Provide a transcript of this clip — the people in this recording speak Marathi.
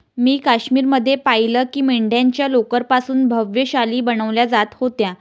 मी काश्मीर मध्ये पाहिलं की मेंढ्यांच्या लोकर पासून भव्य शाली बनवल्या जात होत्या